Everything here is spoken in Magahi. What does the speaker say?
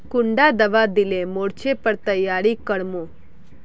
कुंडा दाबा दिले मोर्चे पर तैयारी कर मो?